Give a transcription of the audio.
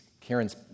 Karen's